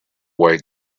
way